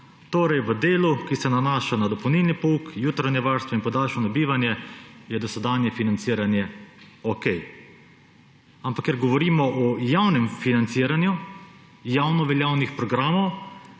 Torej je v delu, ki se nanaša na dopolnilni pouk, jutranje varstvo in podaljšano bivanje, dosedanje financiranje okej. Ampak, ker govorimo o javnem financiranju javnoveljavnih programov,